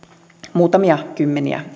muutamia kymmeniä